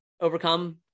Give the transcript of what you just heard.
overcome